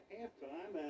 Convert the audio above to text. Halftime